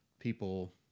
people